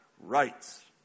rights